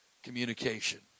Communication